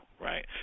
right